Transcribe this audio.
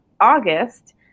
August